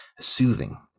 soothing